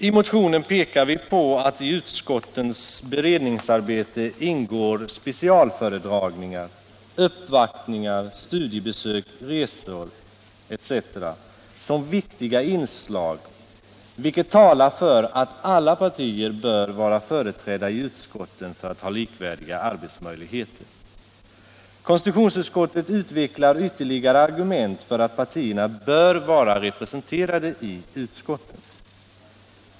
I motionen pekar vi på att i utskottens beredningsarbete ingår specialföredragningar, uppvaktningar, studiebesök, resor etc. som viktiga inslag, vilket talar för att alla partier bör vara företrädda i utskotten för att ha likvärdiga arbetsmöjligheter. Konstitutionsutskottet utvecklar ytterligare argument för att partierna bör vara representerade i utskotten.